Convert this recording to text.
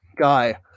Guy